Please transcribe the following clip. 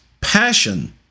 passion